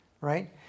Right